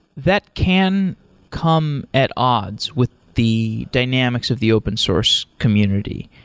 that can come at odds with the dynamics of the open source community.